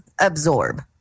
absorb